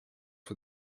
for